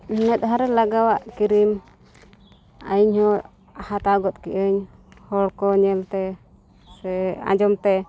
ᱢᱮᱫ ᱦᱟᱸ ᱨᱮ ᱞᱟᱜᱟᱣᱟᱜ ᱠᱨᱤᱢ ᱤᱧ ᱦᱚᱸ ᱦᱟᱛᱟᱣ ᱜᱚᱫ ᱠᱮᱜ ᱟᱹᱧ ᱦᱚᱲ ᱠᱚ ᱧᱮᱞᱛᱮ ᱥᱮ ᱟᱸᱡᱚᱢ ᱛᱮ